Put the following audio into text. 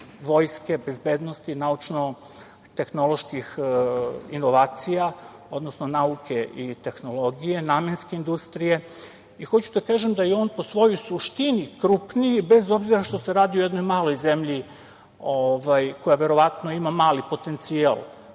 vojske, bezbednosti, naučno-tehnoloških inovacija, odnosno nauke i tehnologije, namenske industrije. Hoću da kažem da je on po svojoj suštini krupniji, bez obzira što se radi o jednoj maloj zemlji koja, verovatno ima mali potencijal